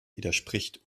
widerspricht